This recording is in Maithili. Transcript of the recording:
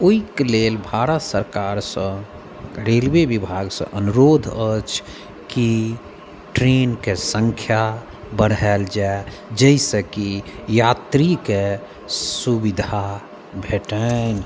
ओहिके लेल भारत सरकारसँ रेलवे विभागसँ अनुरोध अछि कि ट्रेनके संख्या बढ़ायल जाय जाहिसँ कि यात्रीके सुविधा भेटनि